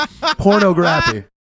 Pornography